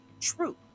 true